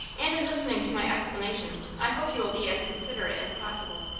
and in listening to my explanation i hope you will be as considerate as possible.